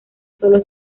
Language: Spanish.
sólo